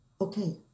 okay